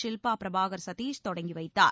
சில்பா பிரபாகர் சத்தீஷ் தொடங்கி வைத்தார்